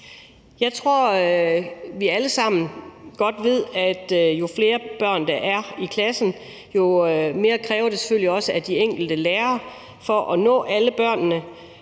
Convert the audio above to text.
Jeg tror, vi alle sammen godt ved, at jo flere børn der er i klassen, jo mere kræver det selvfølgelig også af de enkelte lærere at nå alle børnene.